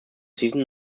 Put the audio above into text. season